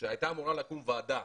הייתה אמורה לקום ועדה,